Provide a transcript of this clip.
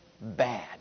bad